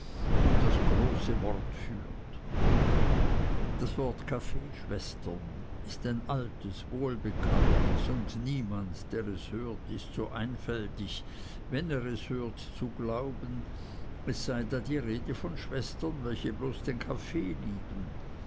und das große wort führt das wort kaffeeschwestern ist ein altes wohlbekanntes und niemand der es hört ist so einfältig wenn er es hört zu glauben es sei da die rede von schwestern welche bloß den kaffee lieben